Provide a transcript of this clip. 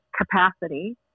capacity